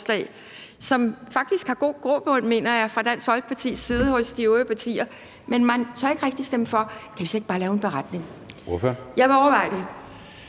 som faktisk har god grobund, mener jeg, hos de øvrige partier, men man tør ikke rigtig stemme for: »Kan vi så ikke bare lave en beretning?«